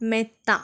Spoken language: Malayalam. മെത്ത